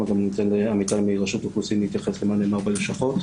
אני אתן לעמיתיי מרשות האוכלוסין להתייחס למה נאמר בלשכות.